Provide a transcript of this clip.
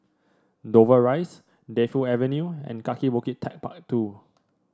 Dover Rise Defu Avenue and Kaki Bukit TechparK Two